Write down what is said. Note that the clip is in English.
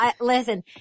Listen